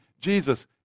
Jesus